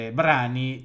brani